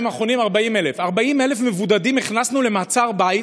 האחרונים 40,000. 40,000 מבודדים הכנסנו למעצר בית,